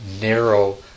narrow